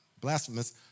blasphemous